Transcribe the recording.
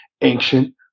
ancient